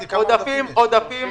בעודפים